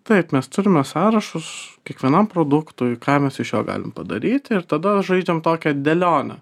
taip mes turime sąrašus kiekvienam produktui ką mes iš jo galim padaryti ir tada žaidžiam tokią dėlionę